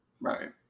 Right